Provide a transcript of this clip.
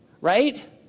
right